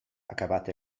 acabat